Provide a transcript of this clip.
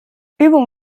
übung